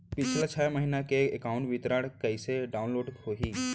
पिछला छः महीना के एकाउंट विवरण कइसे डाऊनलोड होही?